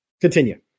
Continue